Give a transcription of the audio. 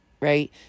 right